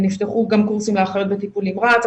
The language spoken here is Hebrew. נפתחו גם אחיות לקורסים לטיפול נמרץ,